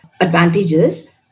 advantages